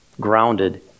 Grounded